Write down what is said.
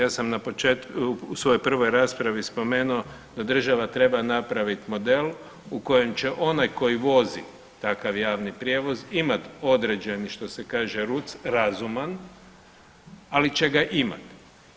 Ja sam u svojoj prvoj raspravi spomenuo da država treba napraviti model u kojem će onaj koji vozi takav javni prijevoz imati određeni što se kaže ruc razuman, ali će ga imati.